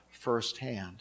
firsthand